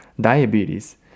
diabetes